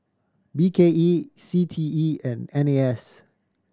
B K E C T E and N A S